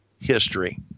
history